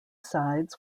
sides